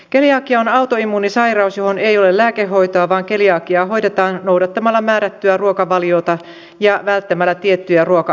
keliakia on autoimmuunisairaus johon ei ole lääkehoitoa vaan keliakiaa hoidetaan noudattamalla määrättyä ruokavaliota ja välttämällä tiettyjä ruoka aineista